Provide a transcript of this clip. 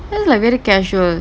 just like very casual